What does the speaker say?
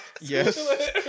yes